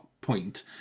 point